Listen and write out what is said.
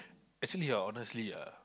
actually hor honestly ah